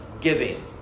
giving